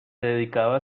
dedicaba